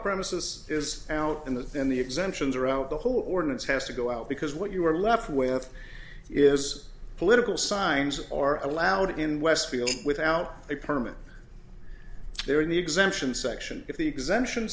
premises is out in that then the exemptions are out the whole ordinance has to go out because what you are left with is political signs are allowed in westfield without a permit there in the exemption section if the exemption